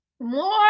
more